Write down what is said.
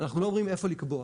אנחנו לא אומרים איפה לקבוע,